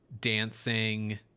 dancing